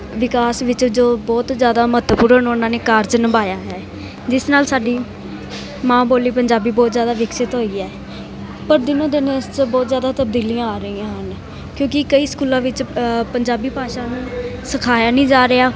ਵਿਕਾਸ ਵਿੱਚ ਜੋ ਬਹੁਤ ਜ਼ਿਆਦਾ ਮਹੱਤਵਪੂਰਨ ਉਹਨਾਂ ਨੇ ਕਾਰਜ ਨਿਭਾਇਆ ਹੈ ਜਿਸ ਨਾਲ ਸਾਡੀ ਮਾਂ ਬੋਲੀ ਪੰਜਾਬੀ ਬਹੁਤ ਜ਼ਿਆਦਾ ਵਿਕਸਿਤ ਹੋਈ ਹੈ ਪਰ ਦਿਨੋ ਦਿਨ ਇਸ 'ਚ ਬਹੁਤ ਜ਼ਿਆਦਾ ਤਬਦੀਲੀਆਂ ਆ ਰਹੀਆਂ ਹਨ ਕਿਉਂਕਿ ਕਈ ਸਕੂਲਾਂ ਵਿੱਚ ਪੰਜਾਬੀ ਭਾਸ਼ਾ ਨੂੰ ਸਿਖਾਇਆ ਨਹੀਂ ਜਾ ਰਿਹਾ